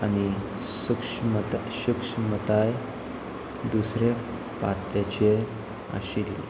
आनी सुक्ष्मत सुक्ष्मताय दुसऱ्या पात्याचेर आशिल्ली